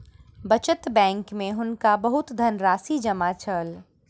बचत बैंक में हुनका बहुत धनराशि जमा छल